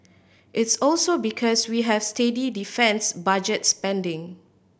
it's also because we have steady defence budget spending